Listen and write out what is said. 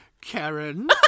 Karen